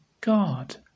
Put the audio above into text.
God